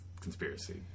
conspiracy